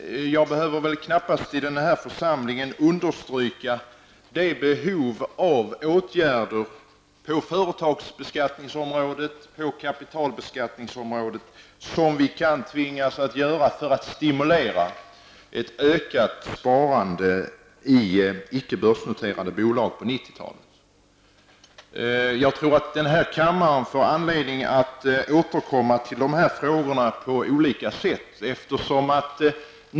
Jag behöver väl i den här församlingen knappast understryka det behov av åtgärder som vi kan tvingas tillmötesgå på företagsbeskattningsområdet och kapitalbeskattningsområdet för att stimulera ett ökat sparande i icke börsnoterade bolag på 1990 talet. Jag tror att i kammaren kommer att få anledning att återkomma till de här frågorna på olika sätt.